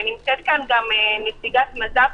ונמצאת פה נציגת מז"פ,